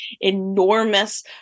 enormous